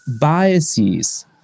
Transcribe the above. biases